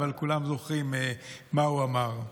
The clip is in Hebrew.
אבל כולם זוכרים מה הוא אמר.